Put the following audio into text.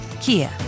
Kia